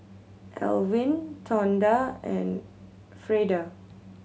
Elwin Tonda and Freida